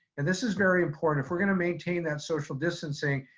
and this is very important. if we're gonna maintain that social distancing,